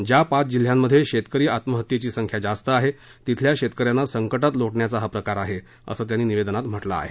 ज्या पाच जिल्ह्यात शेतकरी आत्महत्येची संख्या जास्त आहे तिथल्या शेतक यांना संकटात लोटण्याचा हा प्रकार आहेअसं त्यांनी निवेदनात म्हटलं आहे